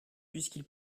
puisqu’il